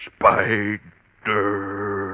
Spider